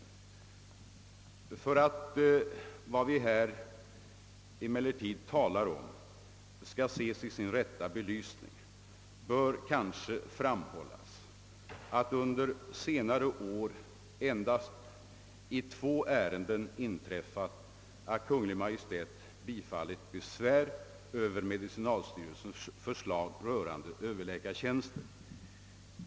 Men för att det som vi här talar om skall kunna ses i sin rätta belys ning, bör kanske framhållas att det under senare år endast i två ärenden har inträffat att Kungl. Maj:t har bifallit besvär över medicinalstyrelsens förslag rörande överläkartjänster.